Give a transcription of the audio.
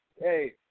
Hey